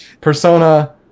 Persona